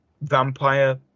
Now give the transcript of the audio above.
vampire